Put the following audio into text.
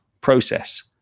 process